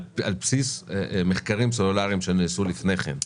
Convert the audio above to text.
על בסיס מחקרים סלולריים שנעשו לפני כן,